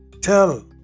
Tell